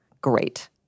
great